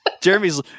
Jeremy's